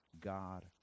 God